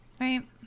right